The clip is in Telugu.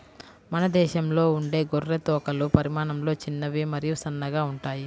మన దేశంలో ఉండే గొర్రె తోకలు పరిమాణంలో చిన్నవి మరియు సన్నగా ఉంటాయి